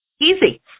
Easy